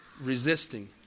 resisting